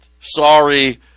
Sorry